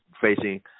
facing